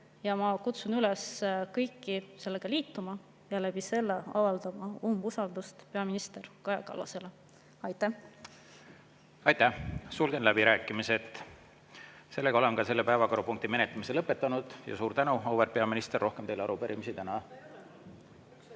Ma kutsun üles kõiki sellega liituma ja selle kaudu avaldama umbusaldust peaminister Kaja Kallasele. Aitäh! Aitäh! Sulgen läbirääkimised. Oleme selle päevakorrapunkti menetlemise lõpetanud. Ja suur tänu, auväärt peaminister! Rohkem teile arupärimisi täna